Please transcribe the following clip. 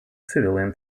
civilian